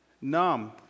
numb